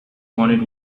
wanted